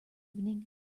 evening